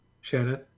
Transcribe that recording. Shannon